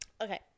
Okay